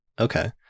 Okay